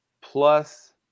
Plus